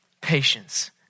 patience